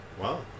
Wow